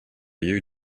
you